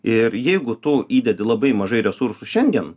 ir jeigu tu įdedi labai mažai resursų šiandien